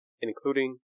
including